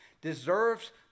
deserves